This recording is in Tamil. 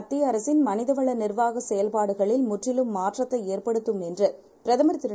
மத்தியஅரசின்மனிதவளநிர்வாகசெயல்பாடுகளில்முற்றிலும்மாற்றத்தைஏற்ப டுத்தும்என்றுபிரதமர்திரு